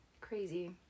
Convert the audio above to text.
Crazy